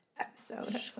episode